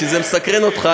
כי זה מסקרן אותך,